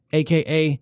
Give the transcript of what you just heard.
aka